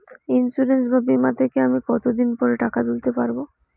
Insurance বা বিমা থেকে আমি কত দিন পরে টাকা তুলতে পারব?